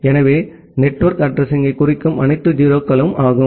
எனவே நெட்வொர்க் அட்ரஸிங்யைக் குறிக்கும் அனைத்து 0 களும்